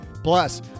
Plus